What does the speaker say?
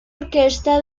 orquesta